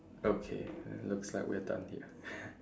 okay looks like we're done here